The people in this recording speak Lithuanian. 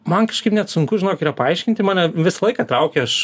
man kažkaip net sunku žinok yra paaiškinti mane visą laiką traukė aš